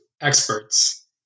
experts